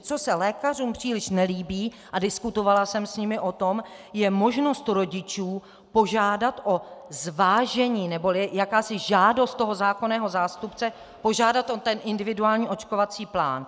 Co se lékařům příliš nelíbí, a diskutovala jsem s nimi o tom, je možnost rodičů požádat o zvážení neboli jakási žádost zákonného zástupce požádat o individuální očkovací plán.